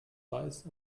weiß